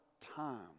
time